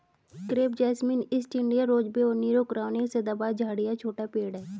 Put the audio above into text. crepe jasmine, East India rosebay और Nero crown एक सदाबहार झाड़ी या छोटा पेड़ है